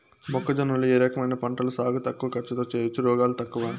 మొక్కజొన్న లో ఏ రకమైన పంటల సాగు తక్కువ ఖర్చుతో చేయచ్చు, రోగాలు తక్కువ?